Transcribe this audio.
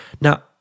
now